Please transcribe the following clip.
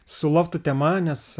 su loftų tema nes